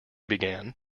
began